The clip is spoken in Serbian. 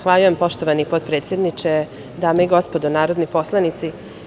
Zahvaljujem poštovani potpredsedniče, dame i gospodo narodni poslanici.